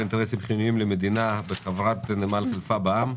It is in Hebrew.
אינטרסים חיוניים למדינה בחברת נמל חיפה בע"מ),